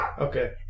Okay